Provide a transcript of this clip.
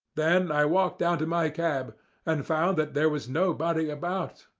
then i walked down to my cab and found that there was nobody about,